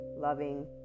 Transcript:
loving